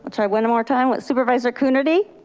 chair one more time with supervisor coonerty.